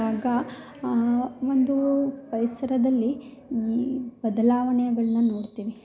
ಆಗ ಒಂದೂ ಪರಿಸರದಲ್ಲಿ ಈ ಬದಲಾವಣೆಗಳ್ನ ನೋಡ್ತೀವಿ